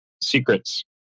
secrets